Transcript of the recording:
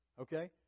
Okay